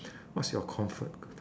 what's your comfort